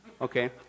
Okay